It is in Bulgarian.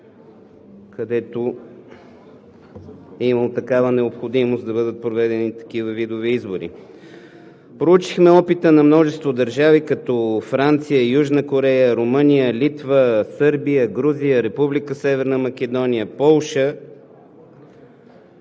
където е имало необходимост да бъдат проведени такива видове избори. Проучихме опита на множество държави като Франция, Южна Корея, Румъния, Литва, Сърбия, Грузия, Република Северна Македония, Полша.